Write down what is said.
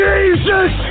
Jesus